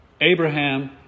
Abraham